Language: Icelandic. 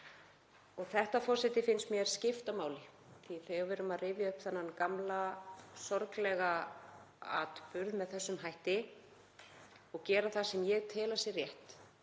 Þetta finnst mér skipta máli þegar við erum að rifja upp þennan gamla sorglega atburð með þessum hætti og gera það sem ég tel rétt